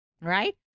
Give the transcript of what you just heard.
Right